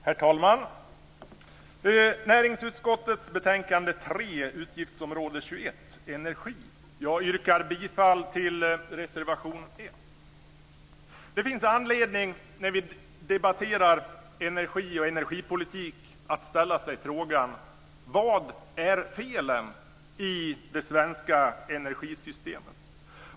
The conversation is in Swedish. Herr talman! Vad gäller näringsutskottets betänkande 3, Utgiftsområde 21 Energi, vill jag säga att jag yrkar bifall till reservation 1. Det finns anledning att när vi debatterar energi och energipolitik ställa sig frågan vad som är fel i det svenska energisystemet.